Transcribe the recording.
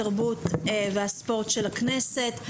התרבות והספורט של הכנסת.